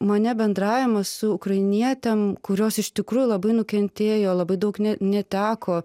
mane bendravimas su ukrainietėm kurios iš tikrųjų labai nukentėjo labai daug ne neteko